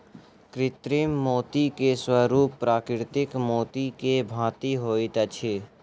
कृत्रिम मोती के स्वरूप प्राकृतिक मोती के भांति होइत अछि